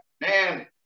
man